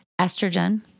estrogen